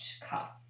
Cuff